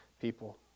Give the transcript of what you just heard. people